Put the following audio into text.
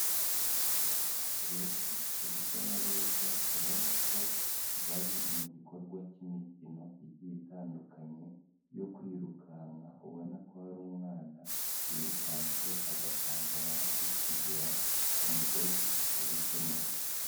Abantu benshi urujya n'uruza ubona ko bari mu gikorwa cy'imikino igiye itandukanye yo kwirukanka, ubona ko hari umwana wirukanse, agatanga abandi kugera ku mugozi wabugenewe.